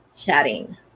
chatting